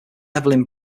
evelyn